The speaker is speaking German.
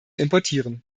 importieren